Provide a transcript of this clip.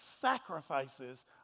sacrifices